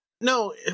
no